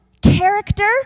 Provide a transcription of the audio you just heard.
character